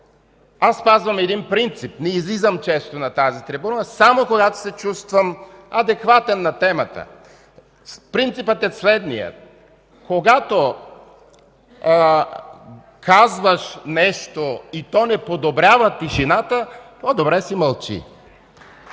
аз спазвам един принцип и не излизам често на тази трибуна, а само когато се чувствам адекватен на темата. Принципът е следният: когато казваш нещо и то не подобрява тишината, по-добре си мълчи.